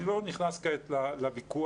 אני לא נכנס כעת לוויכוח,